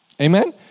Amen